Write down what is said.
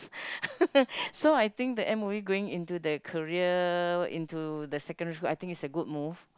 so I think the m_o_e going into the career into the secondary school I think it's a good move